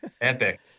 Epic